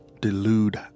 delude